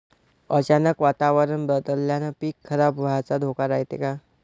अचानक वातावरण बदलल्यानं पीक खराब व्हाचा धोका रायते का?